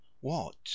What